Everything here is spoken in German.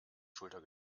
schulter